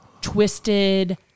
twisted